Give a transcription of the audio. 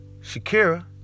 Shakira